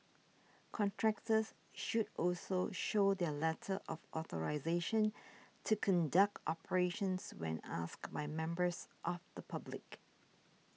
contractors should also show their letter of authorisation to conduct operations when asked by members of the public